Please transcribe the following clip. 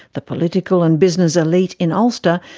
the political and business elite in ulster,